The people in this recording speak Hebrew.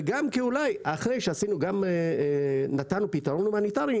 וגם אולי אחרי שנתנו פתרון הומניטרי,